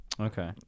Okay